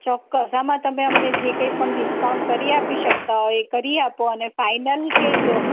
ચોક્કસ આમાં તમે અમને જે કંઇ પણ ડિસ્કાઉન્ટ કરી આપી શકતા હોય એ કરી આપો અને ફાઇનલ કહેજો